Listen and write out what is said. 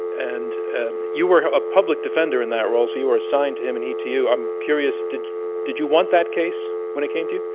and ah you were a public defender in that role, so you were assigned to him and he to you. i'm curious, did did you want that case when it came to you?